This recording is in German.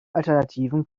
alternativen